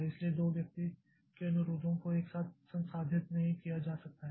इसलिए 2 व्यक्ति के अनुरोधों को एक साथ संसाधित नहीं किया जा सकता है